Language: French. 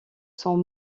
sont